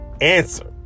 answer